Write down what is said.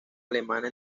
alemana